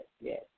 Yes